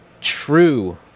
true